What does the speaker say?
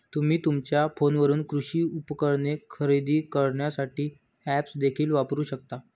तुम्ही तुमच्या फोनवरून कृषी उपकरणे खरेदी करण्यासाठी ऐप्स देखील वापरू शकता